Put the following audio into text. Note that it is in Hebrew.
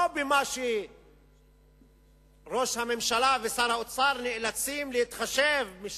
לא את מה שראש הממשלה ושר האוצר נאלצים להתחשב בו